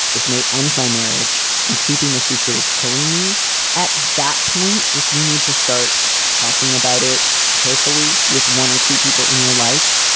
this may end my marriage and keeping the secret is killing me at that point. if you need to start talking about it carefully with one or two people in your life,